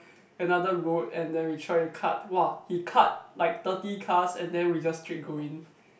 another road and then we try to cut !wah! he cut like thirty cars and then we just straight go in